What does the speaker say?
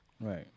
Right